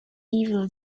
evil